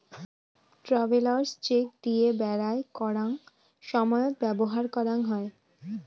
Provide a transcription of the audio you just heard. travellers cheque দিয়ে বেরায় করাঙ সময়ত ব্যবহার করাং হই